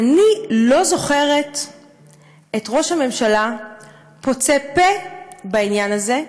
אני לא זוכרת את ראש הממשלה פוצה פה בעניין הזה,